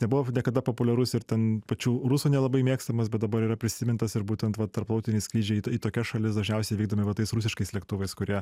nebuvo niekada populiarus ir ten pačių rusų nelabai mėgstamas bet dabar yra prisimintas ir būtent va tarptautiniai skrydžiai į tokias šalis dažniausiai vykdomi va tais rusiškais lėktuvais kurie